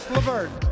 LeVert